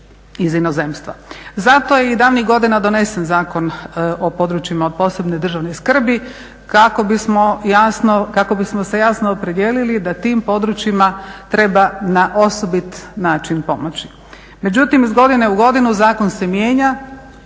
Zato je i davnih godina donesen Zakon o područjima od posebne državne skrbi kako bismo jasno, kako bismo se jasno opredijelili da tim područjima treba na osobit način pomoći. Međutim iz godine u godinu zakon se mijenja